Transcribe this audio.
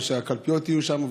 ושהקלפיות יהיו שם,